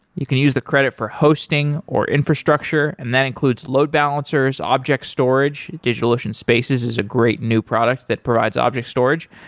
you can use the credit for hosting, or infrastructure and that includes load balancers, object storage, digitalocean spaces is a great new product that provides object storage,